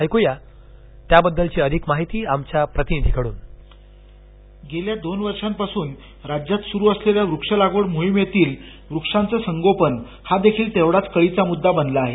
ऐकू या त्याबद्दलची अधिक माहिती आमच्या प्रतिनिधींकडून गेल्या दोन वर्षांपासून राज्यात सुरु असलेल्या वृक्ष लागवड मोहिमेतील वृक्षांचं संगोपन हा देखील तेवढाच कळीचा मुद्दा बनला आहे